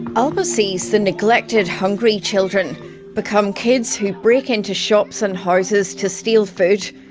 alba sees the neglected hungry children become kids who break into shops and houses to steal food.